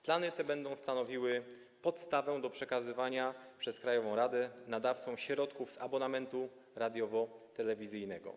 Plany te będą stanowiły podstawę do przekazywania przez krajową radę nadawcom środków z abonamentu radiowo-telewizyjnego.